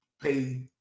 pay